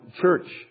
Church